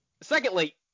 secondly